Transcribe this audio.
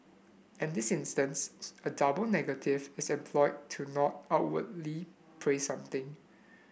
in this instance a double negative is employed to not outwardly praise something